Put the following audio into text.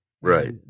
right